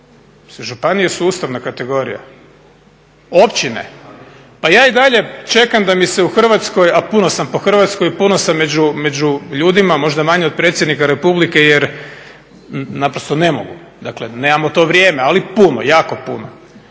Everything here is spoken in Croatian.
Županije su ustavna kategorija, općine, pa ja i dalje čekam da mi se u Hrvatskoj, a puno sam po Hrvatskoj, puno sam među ljudima, možda manje od predsjednika Republike jer naprosto ne mogu, nemamo to vrijeme, ali puno, jako puno.